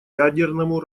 ядерному